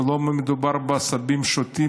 ולא מדובר בעשבים שוטים.